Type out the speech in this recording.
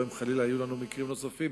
ואם יהיו מקרים נוספים,